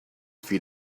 feet